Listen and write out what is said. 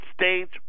States